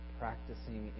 practicing